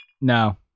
No